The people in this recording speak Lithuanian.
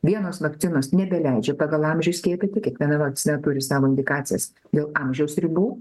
vienos vakcinos nebeleidžia pagal amžių skiepyti kiekviena vakcina turi savo indikacijas dėl amžiaus ribų